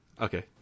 Okay